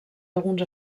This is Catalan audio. alguns